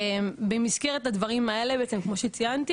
במסגרת הדברים האלה בעצם כמו שציינתי